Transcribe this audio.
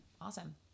Awesome